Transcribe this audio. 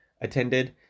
attended